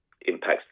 impacts